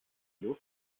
luft